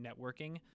Networking